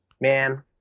man